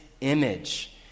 image